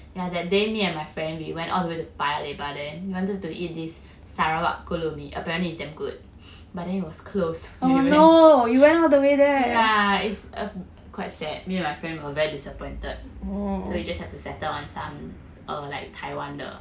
ya that day me and my friend we went all the way to paya lebar then we wanted to eat this sarawak kolo mee apparently it's damn good but then it was closed when we went yeah it's quite sad me and my friend were very disappointed so we just had to settle on some err 台湾的